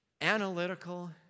analytical